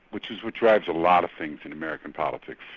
which is what drives a lot of things in american politics.